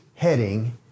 Heading